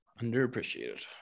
Underappreciated